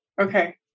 Okay